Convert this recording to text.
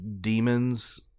demons